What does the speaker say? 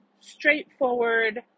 straightforward